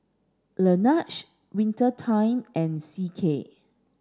Laneige Winter Time and C K